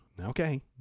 Okay